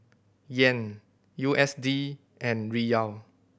Yen U S D and Riyal